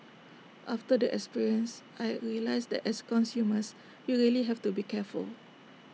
after the experience I realised that as consumers we really have to be careful